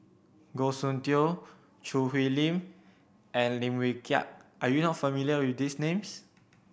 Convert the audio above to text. Goh Soon Tioe Choo Hwee Lim and Lim Wee Kiak are you not familiar with these names